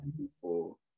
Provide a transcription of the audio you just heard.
people